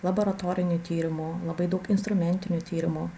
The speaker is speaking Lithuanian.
laboratorinių tyrimų labai daug instrumentinių tyrimų